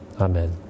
Amen